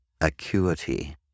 acuity